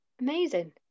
amazing